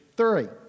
Three